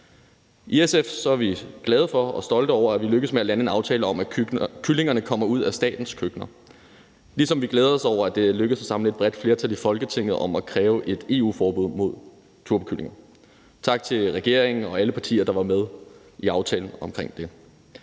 I SF er vi glade for og stolte af, at vi lykkedes med at lande en aftale om, at kyllingerne kommer ud af statens køkkener, ligesom vi glæder os over, at det er lykkedes at samle et bredt flertal i Folketinget om at kræve et EU-forbud mod turbokyllinger. Tak til regeringen og alle de partier, der var med i aftalen omkring det.